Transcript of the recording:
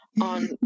on